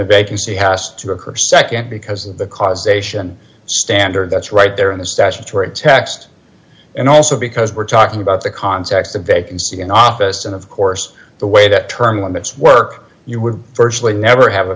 baby see has to occur nd because of the causation standard that's right there in the statutory text and also because we're talking about the context of vacancy in office and of course the way that term limits work you were virtually never have a